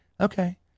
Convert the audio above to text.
okay